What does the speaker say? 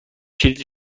کلید